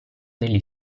degli